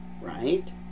right